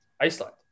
Iceland